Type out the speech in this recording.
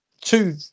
two